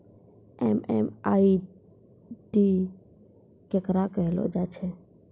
MMID केकरा कहलो जाय छै